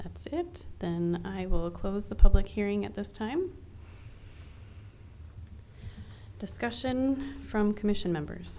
that's it then i will close the public hearing at this time discussion from commission members